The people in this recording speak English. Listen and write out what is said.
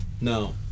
no